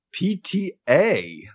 PTA